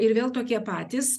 ir vėl tokie patys